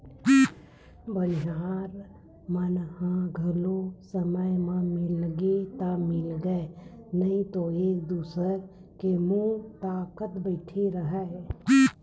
बनिहार मन ह घलो समे म मिलगे ता मिलगे नइ ते एक दूसर के मुहूँ ल ताकत बइठे रहा